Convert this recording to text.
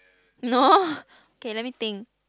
no okay let me think